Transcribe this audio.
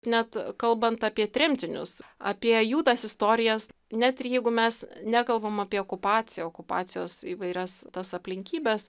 net kalbant apie tremtinius apie jų tas istorijas net ir jeigu mes nekalbam apie okupaciją okupacijos įvairias tas aplinkybes